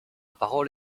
parole